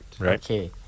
Okay